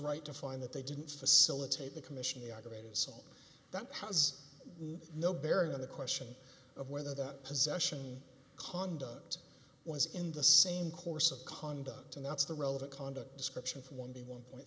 right to find that they didn't facilitate the commission debates so that has no bearing on the question of whether that possession conduct was in the same course of conduct and that's the relevant conduct description for one the one point